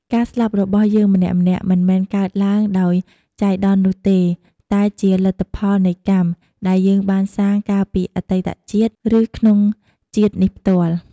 ការស្លាប់របស់យើងម្នាក់ៗ មិនមែនកើតឡើងដោយចៃដន្យនោះទេ តែជាលទ្ធផលនៃកម្ម ដែលយើងបានសាងកាលពីអតីតជាតិ ឬក្នុងជាតិនេះផ្ទាល់។